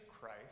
Christ